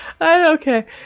okay